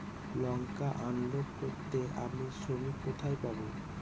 লঙ্কা unload করতে আমি শ্রমিক কোথায় পাবো?